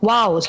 Wow